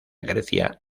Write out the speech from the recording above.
grecia